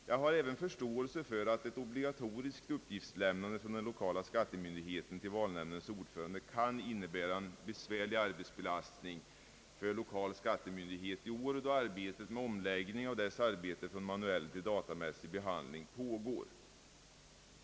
Jag kan även ha förståelse för att ett obligatoriskt uppgiftslämnande från lokal skattemyndighet till valnämndens ordförande kan innebära en besvärlig arbetsbelastning för lokal skattemyndighet i år då omläggningen av dess arbeten från manuell till datamässig behandling pågår.